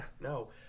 no